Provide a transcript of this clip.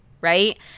right